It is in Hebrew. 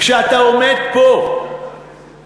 כשאתה עומד פה ואומר,